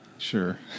Sure